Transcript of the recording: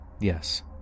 Yes